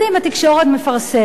התקשורת מפרסמת.